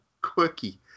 Quirky